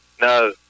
No